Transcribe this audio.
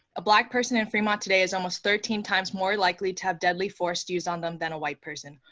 a black person in fremont today is almost thirteen times more likely to have deadly force used on them than a white person.